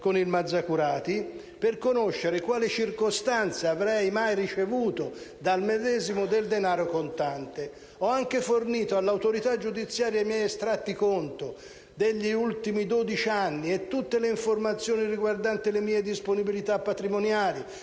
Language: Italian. con il Mazzacurati per conoscere in quale circostanza avrei mai ricevuto dal medesimo del denaro contante. Ho anche fornito all'autorità giudiziaria i miei estratti conto degli ultimi dodici anni e tutte le informazioni riguardanti le mie disponibilità patrimoniali